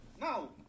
No